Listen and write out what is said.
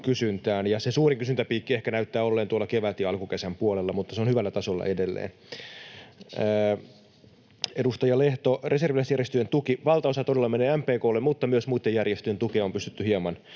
se suurin kysyntäpiikki ehkä näyttää olleen tuolla kevät- ja alkukesän puolella, mutta se on hyvällä tasolla edelleen. Edustaja Lehto, reserviläisjärjestöjen tuesta valtaosa todella menee MPK:lle, mutta myös muitten järjestöjen tukea on pystytty hieman